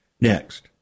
Next